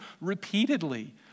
repeatedly